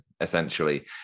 essentially